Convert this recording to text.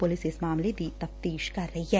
police ਇਸ ਮਾਮਲੇ ਦੀ ਤਫਤੀਸ਼ ਕਰ ਰਹੀ ਏ